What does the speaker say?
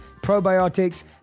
probiotics